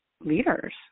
leaders